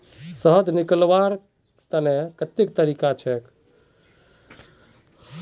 शहद निकलव्वार तने कत्ते तरीका छेक?